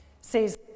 says